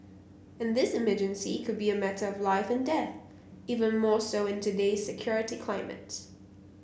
and this emergency could be a matter of life and death even more so in today's security climate